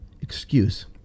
excuse